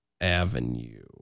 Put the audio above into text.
avenue